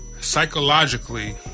Psychologically